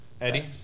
Eddie